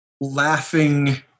laughing